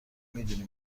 میدونی